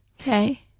Okay